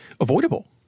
avoidable